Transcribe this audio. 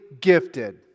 gifted